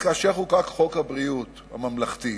אם כאשר חוקק חוק ביטוח הבריאות הממלכתי,